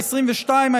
העשרים-ושתיים,